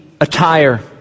attire